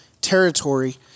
territory